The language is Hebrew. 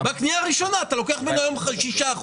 בקנייה הראשונה אתה לוקח ממנו היום 5%-6%,